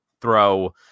throw